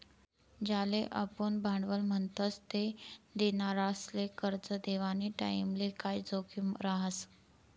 ज्याले आपुन भांडवल म्हणतस ते देनारासले करजं देवानी टाईमले काय जोखीम रहास